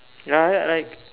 ya I like